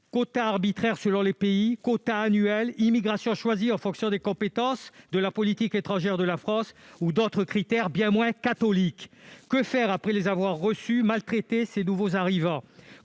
quotas annuels ? Souhaite-t-il instaurer une immigration choisie en fonction des compétences, de la politique étrangère de la France ou d'autres critères bien moins catholiques ? Que faire après avoir reçu et mal traité ces nouveaux arrivants ?